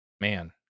man